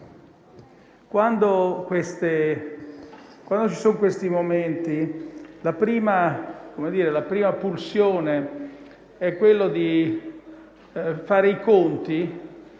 Quando ci sono questi momenti, la prima pulsione è quella di fare i conti